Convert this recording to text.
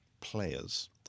players